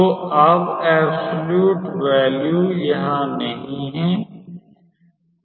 तो अब absolute value यहाँ नही है